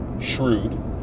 shrewd